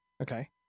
Okay